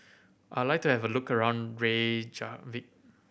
I like to have a look around Reykjavik